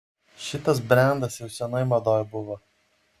šitas brendas jau seniai madoj buvo